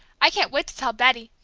i can't wait to tell betty.